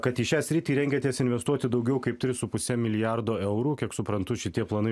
kad į šią sritį rengiatės investuoti daugiau kaip tris su puse milijardo eurų kiek suprantu šitie planai